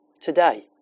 today